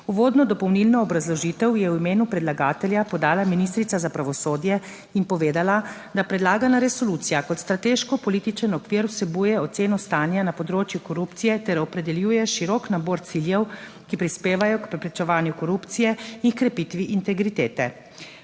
Uvodno dopolnilno obrazložitev je v imenu predlagatelja podala ministrica za pravosodje in povedala, da predlagana resolucija kot strateško političen okvir vsebuje oceno stanja na področju korupcije ter opredeljuje širok nabor ciljev, ki prispevajo k preprečevanju korupcije in krepitvi integritete.